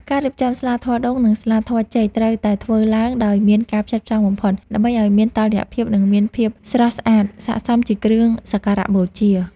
ការរៀបចំស្លាធម៌ដូង និងស្លាធម៌ចេកត្រូវតែធ្វើឡើងដោយមានការផ្ចិតផ្ចង់បំផុត ដើម្បីឱ្យមានតុល្យភាពនិងមានភាពស្រស់ស្អាតស័ក្តិសមជាគ្រឿងសក្ការបូជា។